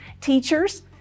Teachers